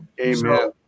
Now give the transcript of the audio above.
Amen